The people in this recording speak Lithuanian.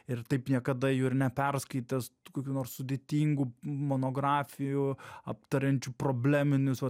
ir taip niekada jų ir neperskaitęs kokių nors sudėtingų monografijų aptariančių probleminius